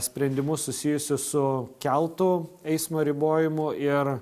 sprendimus susijusius su keltų eismo ribojimu ir